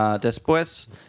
después